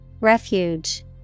Refuge